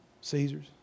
caesar's